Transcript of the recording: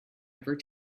ever